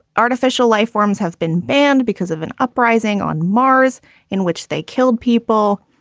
artificial life forms have been banned because of an uprising on mars in which they killed people.